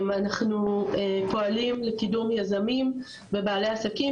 אנחנו פועלים לקידום יזמים ובעלי עסקים,